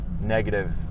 negative